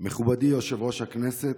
מכובדי יושב-ראש הכנסת,